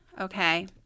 okay